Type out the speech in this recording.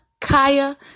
Kaya